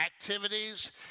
activities